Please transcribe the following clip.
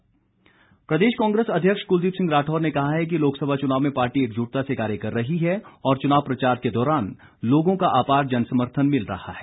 कुलदीप राठौर प्रदेश कांग्रेस अध्यक्ष कुलदीप सिंह राठौर ने कहा है कि लोकसभा चुनाव में पार्टी एकजुटता से कार्य कर रही है और चुनाव प्रचार के दौरान लोगों का आपार जनसमर्थन मिल रहा है